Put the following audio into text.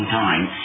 time